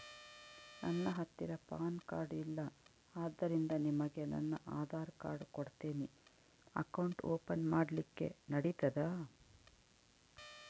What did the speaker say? ನನ್ನ ಹತ್ತಿರ PAN card ಇಲ್ಲ ಆದ್ದರಿಂದ ನಿಮಗೆ ನನ್ನ ಆಧಾರ್ ಕಾರ್ಡ್ ಕೊಡ್ತೇನಿ ಅಕೌಂಟ್ ಓಪನ್ ಮಾಡ್ಲಿಕ್ಕೆ ನಡಿತದಾ?